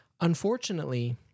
Unfortunately